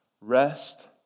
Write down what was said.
Rest